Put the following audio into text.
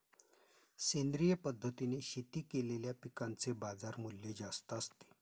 सेंद्रिय पद्धतीने शेती केलेल्या पिकांचे बाजारमूल्य जास्त असते